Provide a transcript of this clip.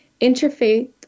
Interfaith